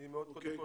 קודם כל